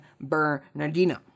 Bernardino